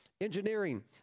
engineering